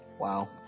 wow